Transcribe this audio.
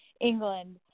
England